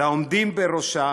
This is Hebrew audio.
לעומדים בראשה,